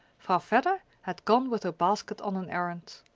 vedder had gone with her basket on an errand.